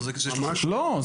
לא.